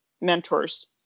mentors